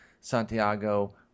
Santiago